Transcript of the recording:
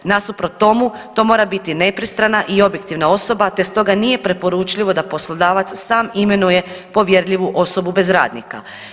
Nasuprot tomu to mora biti nepristrana i objektivna osoba te stoga nije preporučljivo da poslodavac sam imenuje povjerljivu osobu bez radnika.